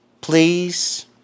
please